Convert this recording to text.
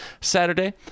saturday